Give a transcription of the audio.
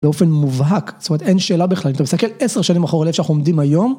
באופן מובהק, זאת אומרת אין שאלה בכלל. אם אתה מסתכל עשר שנים אחורה לאיפה שאנחנו עומדים היום.